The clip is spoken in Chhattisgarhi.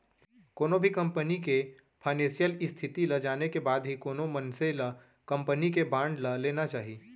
कोनो भी कंपनी के फानेसियल इस्थिति ल जाने के बाद ही कोनो मनसे ल कंपनी के बांड ल लेना चाही